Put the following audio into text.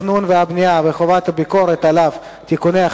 ההצעה להעביר את הצעת חוק התכנון והבנייה (תיקון,